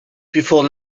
before